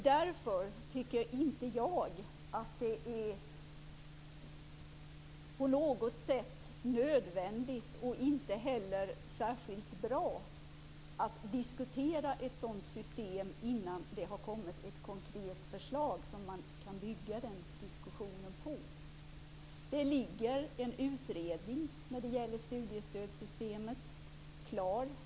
Därför tycker inte jag att det är nödvändigt eller särskilt bra att diskutera ett sådant system innan det har kommit ett konkret förslag som man kan bygga diskussionen på. En utredning om studiestödssystemet ligger klar.